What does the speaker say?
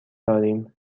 داریم